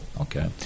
Okay